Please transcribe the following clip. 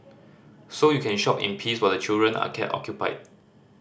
so you can shop in peace while the children are kept occupied